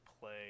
play